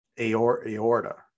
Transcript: aorta